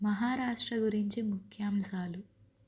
మహారాష్ట్ర గురించి ముఖ్యాంశాలు